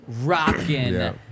rocking